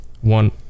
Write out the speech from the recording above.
one